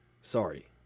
Sorry